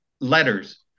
letters